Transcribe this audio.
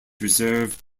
reserve